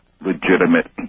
legitimate